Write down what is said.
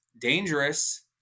dangerous